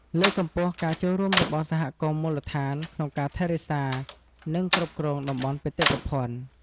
លើកកម្ពស់ការចូលរួមរបស់សហគមន៍មូលដ្ឋានក្នុងការថែរក្សា និងគ្រប់គ្រងតំបន់បេតិកភណ្ឌ។